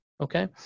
Okay